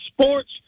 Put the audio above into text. sports